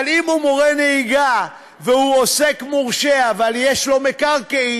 אבל אם הוא מורה נהיגה והוא עוסק מורשה אבל יש לו מקרקעין,